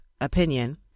opinion